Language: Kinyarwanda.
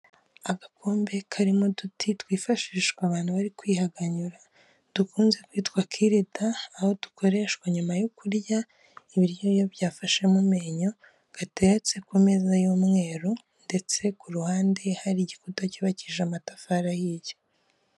Agakombe karimo uduti twifashishwa abantu bari kwihaganyura dukunze kwitwa kirida aho dukoreshwa nyuma yo kurya ibiryoyo byafashe mu menyo gateretse ku meza y'umweru ndetse ku ruhande hari igikuta cyubakishije amatafari ahiye.